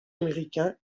américain